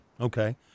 Okay